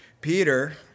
Peter